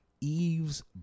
Eve's